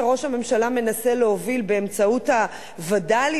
שראש הממשלה מנסה להוביל באמצעות הווד"לים,